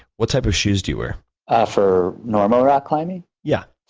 what type of shoes do you wear? ah for normal rock climbing? yeah